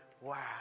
wow